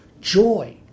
joy